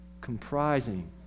comprising